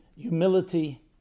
humility